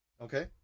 Okay